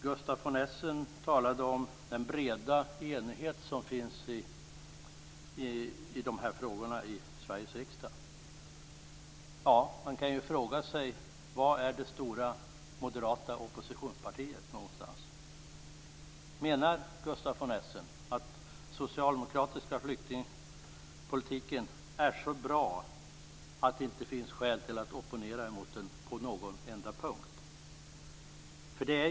Gustaf von Essen talade om den breda enighet som finns i Sveriges riksdag när det gäller dessa frågor. Man kan fråga sig var det stora moderata oppositionspartiet är. Menar Gustaf von Essen att den socialdemokratiska flyktingpolitiken är så bra att det inte finns skäl att opponera mot den på någon enda punkt?